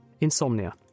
insomnia